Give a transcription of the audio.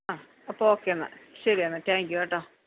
ആ അപ്പോള് ഓക്കെ എന്നാ ശരിയെന്നാ താങ്ക്യൂ കേട്ടോ